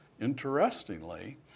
interestingly